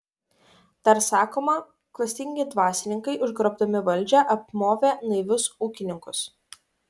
dar sakoma klastingi dvasininkai užgrobdami valdžią apmovė naivius ūkininkus